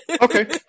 Okay